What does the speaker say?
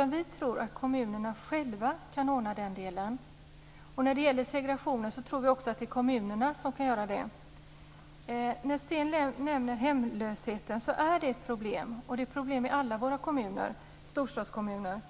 Vi tror att kommunerna själva kan ordna den delen. När det gäller segregationen tror vi att kommunerna kan klara också det. Sten Lundström nämner hemlösheten. Den är ett problem. Det är ett problem i alla storstadskommuner.